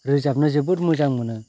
रोजाबनो जोबोद मोजां मोनो